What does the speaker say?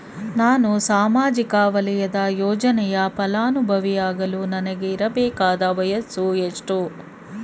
ನಾನು ಸಾಮಾಜಿಕ ವಲಯದ ಯೋಜನೆಯ ಫಲಾನುಭವಿಯಾಗಲು ನನಗೆ ಇರಬೇಕಾದ ವಯಸ್ಸುಎಷ್ಟು?